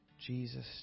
Jesus